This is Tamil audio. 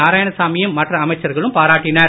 நாராயணசாமியும் மற்ற அமைச்சர்களும் பாராட்டினர்